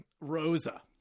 Rosa